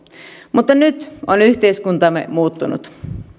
mutta nyt on yhteiskuntamme muuttunut